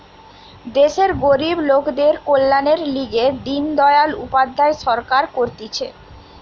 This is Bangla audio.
দেশের গরিব লোকদের কল্যাণের লিগে দিন দয়াল উপাধ্যায় সরকার করতিছে